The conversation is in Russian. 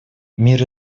мир